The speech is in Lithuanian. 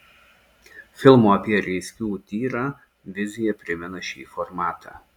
filmo apie reiskių tyrą vizija primena šį formatą